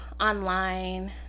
online